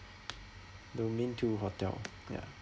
domain two hotel ya